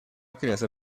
criança